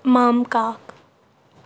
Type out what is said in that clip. مامہٕ کاک